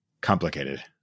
complicated